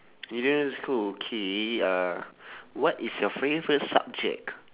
you don't go school K uh what is your favourite subject